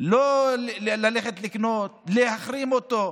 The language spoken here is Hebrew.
לא ללכת לקנות, להחרים אותו,